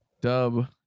dub